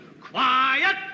Quiet